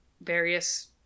various